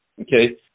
Okay